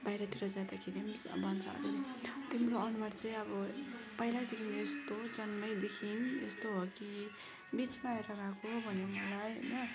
बाहिरतिर जाँदाखेरि पनि भन्छ तिम्रो अनुहार चाहिँ अब पहिलादेखि यस्तो जन्मैदेखि यस्तो हो कि बिचमा आएर भएको भन्यो मलाई होइन